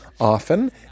often